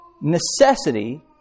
necessity